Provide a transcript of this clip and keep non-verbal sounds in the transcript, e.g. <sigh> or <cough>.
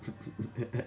<laughs>